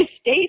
state